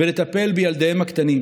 ולטפל בילדיהם הקטנים,